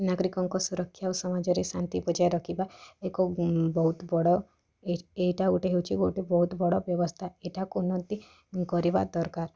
ନାଗରିକଙ୍କ ସୁରକ୍ଷା ଓ ସମାଜରେ ଶାନ୍ତି ବଜାୟ ରଖିବା ଏକ ବହୁତ ବଡ଼ ଏଇଟା ଗୋଟେ ହେଉଛି ବହୁତ ବଡ଼ ବ୍ୟବସ୍ଥା ଏଇଟା କେମିତି କରିବା ଦରକାର